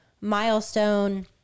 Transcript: milestone